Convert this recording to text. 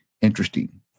Interesting